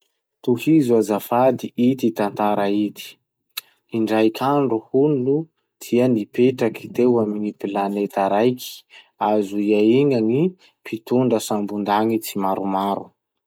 Tohizo azafady ity tantara ity: Indraik'andro hono dia nipetaky teo amigny planeta raiky azo iaigna ny mpitondra sambon-danitsy maromaro.